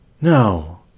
No